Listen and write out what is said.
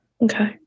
Okay